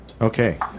Okay